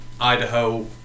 Idaho